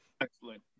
Excellent